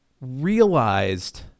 realized